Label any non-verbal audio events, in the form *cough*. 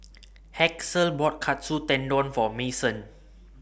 *noise* Haskell bought Katsu Tendon For Mason *noise*